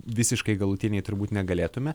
visiškai galutiniai turbūt negalėtume